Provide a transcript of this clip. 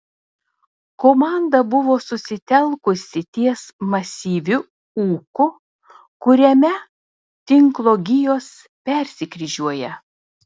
komanda buvo susitelkusi ties masyviu ūku kuriame tinklo gijos persikryžiuoja